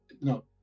no